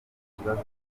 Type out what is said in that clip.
ikibazo